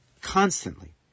constantly